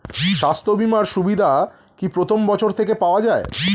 স্বাস্থ্য বীমার সুবিধা কি প্রথম বছর থেকে পাওয়া যায়?